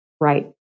Right